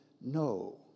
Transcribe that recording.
no